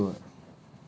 ija also [what]